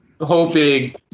hoping